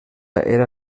era